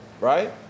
right